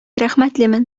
рәхмәтлемен